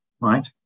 right